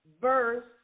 verse